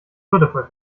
würdevoll